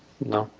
no?